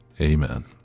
Amen